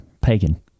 pagan